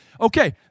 Okay